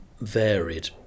varied